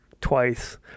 twice